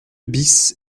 bis